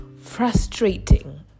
frustrating